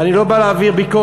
אני לא בא להעביר ביקורת.